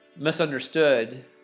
misunderstood